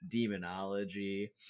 demonology